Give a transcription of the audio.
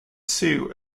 sioux